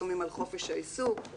לפעמים עם חופש העיסוק,